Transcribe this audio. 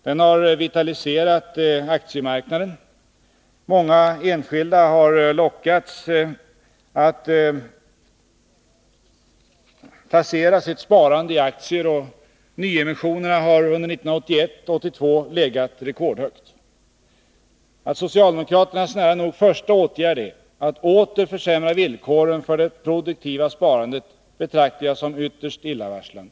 Den har vitaliserat aktiemarknaden. Många enskilda har lockats att placera sitt sparande i aktier, och nyemissionerna har under 1981-1982 legat rekordhögt. Att socialdemokraternas nära nog första åtgärd är att åter försämra villkoren för det produktiva sparandet betraktar jag som ytterst illavarslande.